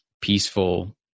peaceful